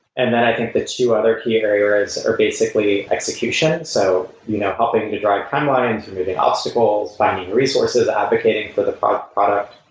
and then i think the two other key areas are basically execution. so you know helping to drive timelines, removing obstacles, finding resources advocating for the product,